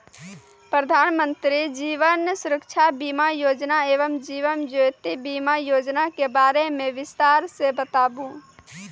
प्रधान मंत्री जीवन सुरक्षा बीमा योजना एवं जीवन ज्योति बीमा योजना के बारे मे बिसतार से बताबू?